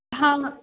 हां हां